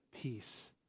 peace